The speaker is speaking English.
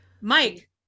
Mike